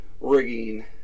rigging